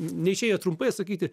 neišėjo trumpai atsakyti